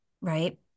right